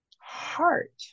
heart